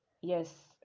yes